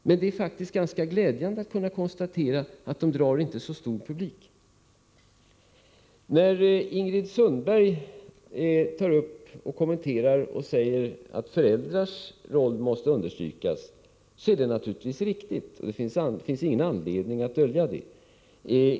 Men det är faktiskt ganska glädjande att konstatera att dessa inte drar så stor publik. När Ingrid Sundberg framhåller att föräldrarnas roll måste understrykas är det naturligtvis riktigt. Det finns ingen anledning att dölja detta.